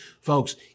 Folks